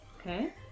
okay